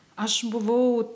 aš buvau